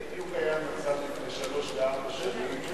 זה בדיוק המצב שהיה לפני שלוש וארבע שנים,